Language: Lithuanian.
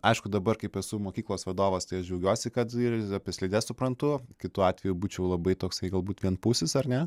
aišku dabar kaip esu mokyklos vadovas tai aš džiaugiuosi kad ir apie slides suprantu kitu atveju būčiau labai toksai galbūt vienpusis ar ne